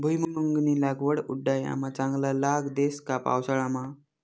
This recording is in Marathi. भुईमुंगनी लागवड उंडायामा चांगला लाग देस का पावसाळामा